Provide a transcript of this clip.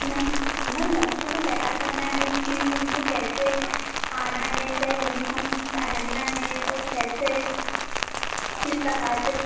ma'am ma'am बच्चों को तैयार करना है कि उनको कैसे आना है क्या युनिफ़ॉर्म पहनना है और कैसे किस प्रकार से